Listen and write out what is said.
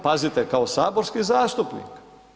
Pazite kao saborski zastupnik.